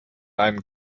einen